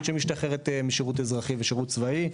שמשתחררת משירות אזרחי ושירות צבאי.